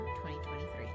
2023